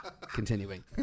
Continuing